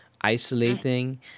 isolating